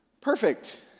Perfect